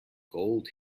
gold